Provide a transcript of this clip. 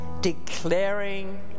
declaring